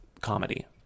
comedy